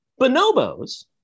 Bonobos